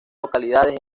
localidades